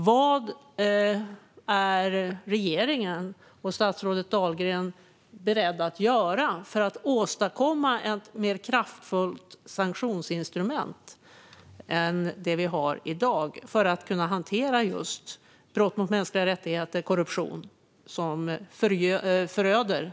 Vad är regeringen och statsrådet Dahlgren beredda att göra för att åstadkomma ett mer kraftfullt sanktionsinstrument än det vi har i dag för att kunna hantera brott mot mänskliga rättigheter och korruption, som föröder EU?